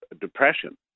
depression